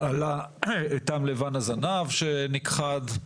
על העיטם לבן הזנב שנכחד,